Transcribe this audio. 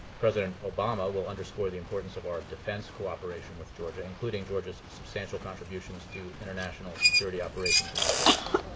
president obama will underscore the importance of our defense cooperation with georgia, including georgia's substantial contributions to international security operations in afghanistan.